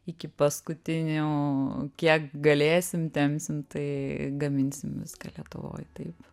iki paskutinių kiek galėsim tempsim tai gaminsim viską lietuvoj taip